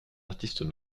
artistes